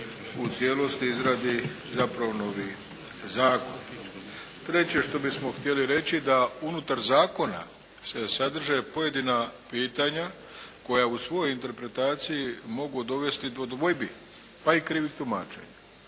u cijelosti izradi zapravo novi zakon. Treće što bismo htjeli reći da unutar zakona se sadrže pojedina pitanja koja u svojoj interpretaciji mogu dovesti do dvojbi, pa i krivih tumačenja.